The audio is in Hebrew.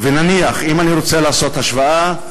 אם אני רוצה לעשות השוואה,